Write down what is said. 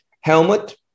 helmet